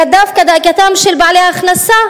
אלא דווקא דאגתם של בעלי ההכנסה,